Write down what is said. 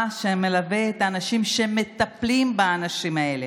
שמלווים את האנשים שמטפלים באנשים האלה.